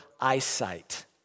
eyesight